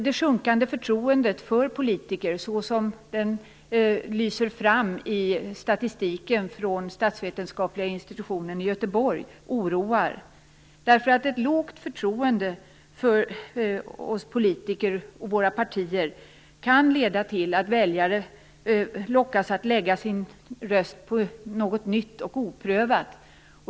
Det sjunkande förtroendet för politiker, såsom det lyser fram i statistiken från Statsvetenskapliga institutionen i Göteborg, oroar. Ett lågt förtroende för oss politiker och våra partier kan leda till att väljare lockas att lägga sin röst på något nytt och oprövat.